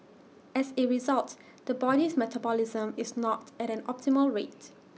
as A result the body's metabolism is not at an optimal rate